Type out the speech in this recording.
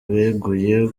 beguye